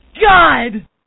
God